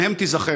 גם הן תיזכרנה.